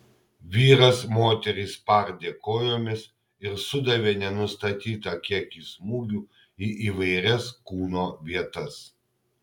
vyras moterį spardė kojomis ir sudavė nenustatytą kiekį smūgių į įvairias kūno vietas